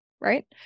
right